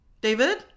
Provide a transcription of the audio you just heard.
David